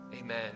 Amen